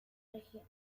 región